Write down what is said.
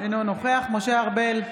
אינו נוכח משה ארבל,